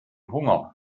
hunger